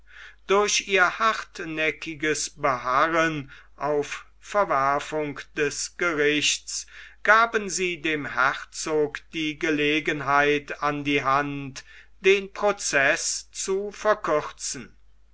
durch ihr hartnäckiges beharren auf verwerfung des gerichts gaben sie dem herzog die gelegenheit an die hand den proceß zu verkürzen